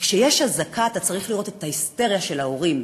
כשיש אזעקה אתה צריך לראות את ההיסטריה של ההורים.